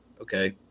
okay